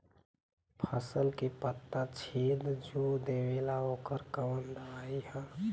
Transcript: फसल के पत्ता छेद जो देवेला ओकर कवन दवाई ह?